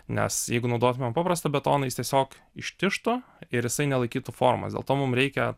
nes jeigu naudotumėm paprastą betoną jis tiesiog ištižtų ir jisai nelaikytų formos dėl to mum reikia